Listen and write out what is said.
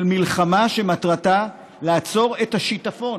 של מלחמה שמטרתה לעצור את השיטפון